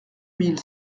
mille